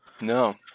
No